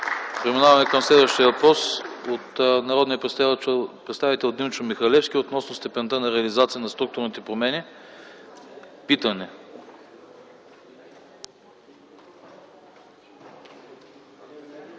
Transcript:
Преминаваме към следващия въпрос от народния представител Димчо Михалевски относно степента на реализация на структурните промени – питане.